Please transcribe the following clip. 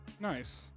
Nice